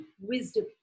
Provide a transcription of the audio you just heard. wisdom